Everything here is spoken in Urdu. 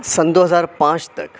سن دو ہزار پانچ تک